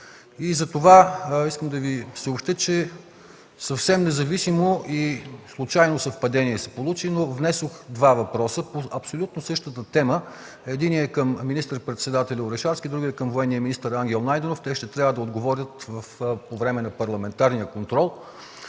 затова искам да Ви съобщя, че се получи съвсем независимо и случайно съвпадение, но внесох два въпроса по абсолютно същата тема – единият към министър-председателя Орешарски, а другият към военния министър Ангел Найденов. Те ще трябва да отговорят по време на парламентарния контрол